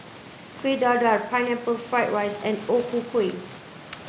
Kuih Dadar pineapple fried rice and O Ku Kueh